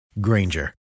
Granger